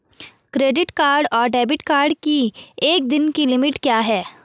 Credit card और debit card की एक दिन की लिमिट क्या है?